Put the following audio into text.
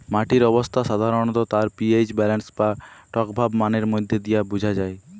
মাটির অবস্থা সাধারণত তার পি.এইচ ব্যালেন্স বা টকভাব মানের মধ্যে দিয়ে বুঝা যায়